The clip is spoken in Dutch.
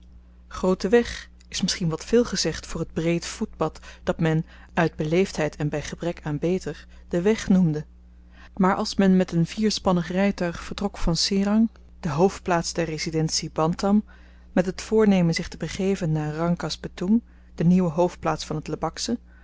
groote weg is misschien wat veel gezegd voor t breed voetpad dat men uit beleefdheid en by gebrek aan beter de weg noemde maar als men met een vierspannig rytuig vertrok van serang de hoofdplaats der residentie bantam met het voornemen zich te begeven naar rangkas betoeng de nieuwe hoofdplaats van t